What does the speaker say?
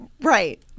Right